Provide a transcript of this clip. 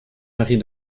marie